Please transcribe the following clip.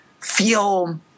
feel